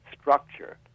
structure